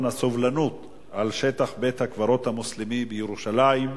הסובלנות על שטח בית-הקברות המוסלמי בירושלים,